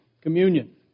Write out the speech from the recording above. communion